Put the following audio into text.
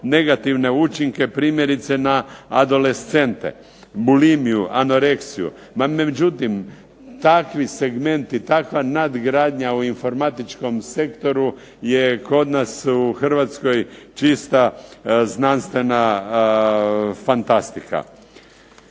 negativne učinke primjerice na adolescente, bulimiju, anoreksiju. Međutim, takvi segmenti, takva nadgradnja u informatičkom sektoru je kod nas u Hrvatskoj čista znanstvena fantastika.